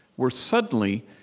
where suddenly,